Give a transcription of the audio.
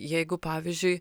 jeigu pavyzdžiui